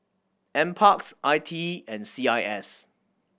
Nparks I T E and C I S